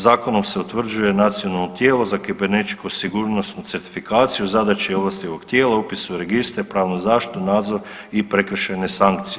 Zakonom se utvrđuje nacionalno tijelo za kibernetičku sigurnosnu certifikaciju, zadaće i ovlasti ovog tijela, upis u registre, pravnu zaštitu, nadzor i prekršajne sankcije.